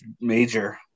Major